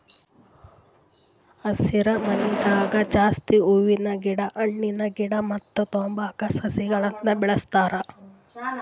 ಹಸರಮನಿದಾಗ ಜಾಸ್ತಿ ಹೂವಿನ ಗಿಡ ಹಣ್ಣಿನ ಗಿಡ ಮತ್ತ್ ತಂಬಾಕ್ ಸಸಿಗಳನ್ನ್ ಬೆಳಸ್ತಾರ್